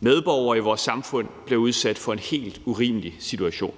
Medborgere i vores samfund bliver sat i en helt urimelig situation.